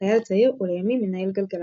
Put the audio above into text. חייל צעיר ולימים מנהל גלגלצ.